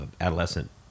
adolescent